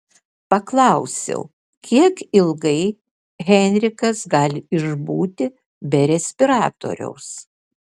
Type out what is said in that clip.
paklausiau kiek ilgai henrikas gali išbūti be respiratoriaus